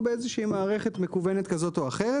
באיזושהי מערכת מקוונת כזאת או אחרת,